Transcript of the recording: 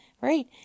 right